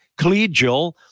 collegial